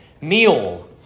meal